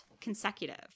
consecutive